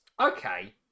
Okay